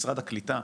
משרד הקליטה,